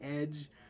Edge